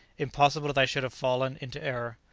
impossible that i should have fallen into error.